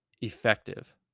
effective